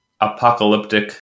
apocalyptic